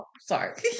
Sorry